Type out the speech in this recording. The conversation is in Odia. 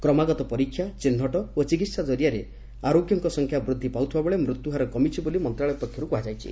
କ୍ରମାଗତ ପରୀକ୍ଷା ଚିହ୍ନଟ ଓ ଚିକିତ୍ସା ଜରିଆରେ ଆରୋଗ୍ୟଙ୍କ ସଂଖ୍ୟା ବୃଦ୍ଧି ପାଉଥିବାବେଳେ ମୃତ୍ୟୁହାର କମିଛି ବୋଲି ମନ୍ତ୍ରଣାଳୟ ପକ୍ଷରୁ କୁହାଯାଇଛି